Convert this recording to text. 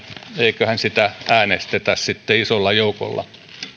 eiköhän sitä äänestetä sitten isolla joukolla